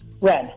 red